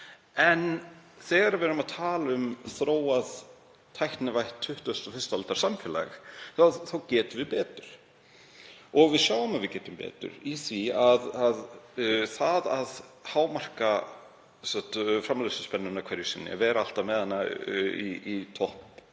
En þegar við erum að tala um þróað, tæknivætt 21. aldar samfélag þá getum við gert betur. Við sjáum að við getum gert betur í því að hámarka framleiðsluspennuna hverju sinni, að vera alltaf með hana í